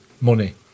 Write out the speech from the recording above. money